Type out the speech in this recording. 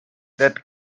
that